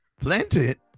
planted